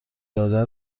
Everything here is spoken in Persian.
داده